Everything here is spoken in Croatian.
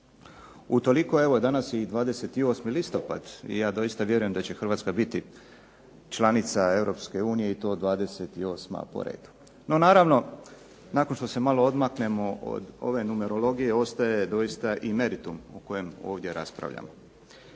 Utoliko evo danas je i 28. listopad i ja doista vjerujem da će Hrvatska biti članica EU i to 28 po redu. No naravno, nakon što se malo odmaknemo od ove numerologije ostaje doista i meritum o kojem ovdje raspravljamo.